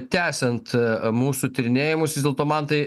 tęsiant mūsų tyrinėjimus vis dėlto mantai